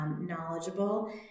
knowledgeable